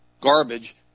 garbage